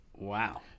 Wow